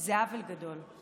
זה עוול גדול.